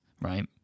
right